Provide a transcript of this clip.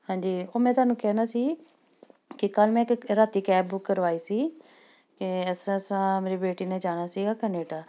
ਹਾਂਜੀ ਉਹ ਮੈਂ ਤੁਹਾਨੂੰ ਕਹਿਣਾ ਸੀ ਕਿ ਕੱਲ੍ਹ ਮੈਂ ਇਕ ਰਾਤ ਕੈਬ ਬੁੱਕ ਕਰਵਾਈ ਸੀ ਕਿ ਇਸ ਤਰ੍ਹਾਂ ਇਸ ਤਰ੍ਹਾਂ ਮੇਰੀ ਬੇਟੀ ਨੇ ਜਾਣਾ ਸੀਗਾ ਕਨੇਡਾ